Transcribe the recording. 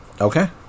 Okay